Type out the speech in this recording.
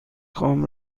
خواهم